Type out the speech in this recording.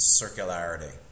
circularity